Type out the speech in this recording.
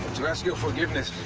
to ask your forgiveness.